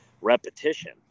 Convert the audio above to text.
repetition